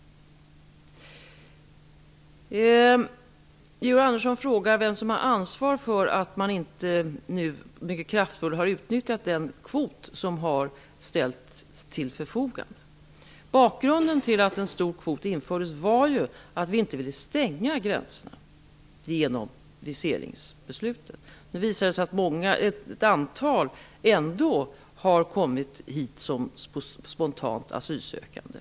Georg Andersson frågar vem som har ansvaret för att man inte mycket kraftfullt har utnyttjat den kvot som nu har ställts till förfogande. Bakgrunden till att en stor kvot infördes var att vi inte ville stänga gränserna genom viseringsbeslutet. Nu visar det sig att ett antal människor ändå har kommit hit som spontant asylsökande.